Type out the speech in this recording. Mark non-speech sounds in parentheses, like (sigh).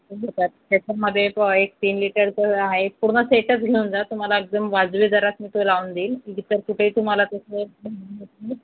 (unintelligible) त्याच्यामध्ये एक तीन लिटरचा आहे पूर्ण सेटच घेऊन जा तुम्हाला एकदम वाजवी दरात मी तो लावून देईन इतर कुठेही तुम्हाला (unintelligible)